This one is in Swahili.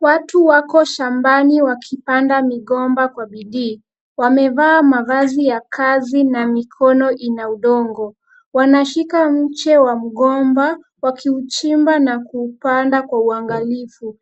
Watu wako shambani wakipanda migomba kwa bidii. Wamevaa mavazi ya kazi na mikono ina udongo. Wanashika mche wa mgomba wakiuchimba na kuupanda kwa uangalifu.